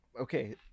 Okay